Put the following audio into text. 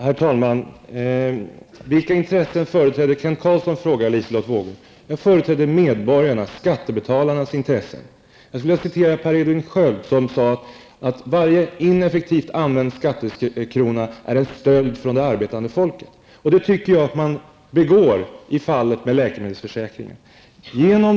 Herr talman! Vilkas intressen företräder Kent Carlsson?, frågar Liselotte Wågö. Jag företräder medborgarnas, skattebetalarnas intressen. Jag skulle vilja citera Per Edvin Sköld, som sade att varje ineffektivt använd skattekrona är en stöld från det arbetande folket. En sådan stöld tycker jag att man begår i fallet med läkemedelsförsäkringen.